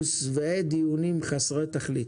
אנחנו שבעי דיונים חסרי תכלית.